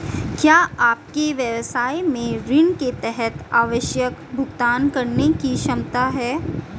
क्या आपके व्यवसाय में ऋण के तहत आवश्यक भुगतान करने की क्षमता है?